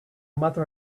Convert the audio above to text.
mother